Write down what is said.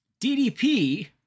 DDP